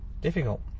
difficult